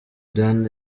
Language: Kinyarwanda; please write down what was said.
dan